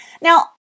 Now